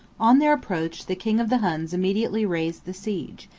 on their approach the king of the huns immediately raised the siege,